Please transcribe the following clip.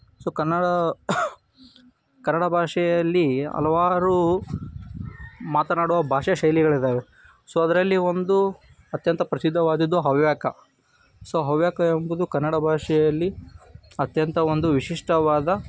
so Kannada Kannada ಭಾಷೆಯಲ್ಲಿ ಹಲವಾರು ಮಾತನಾಡುವ ಭಾಷೆ ಶೈಲಿಗಳಿದ್ದಾವೆ ಸೊ ಅದರಲ್ಲಿ ಒಂದು ಅತ್ಯಂತ ಪ್ರಸಿದ್ಧವಾದದ್ದು ಹವ್ಯಕ ಸೊ ಹವ್ಯಕ ಎಂಬುದು ಕನ್ನಡ ಭಾಷೆಯಲ್ಲಿ ಅತ್ಯಂತ ಒಂದು ವಿಶಿಷ್ಟವಾದ